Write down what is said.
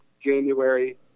January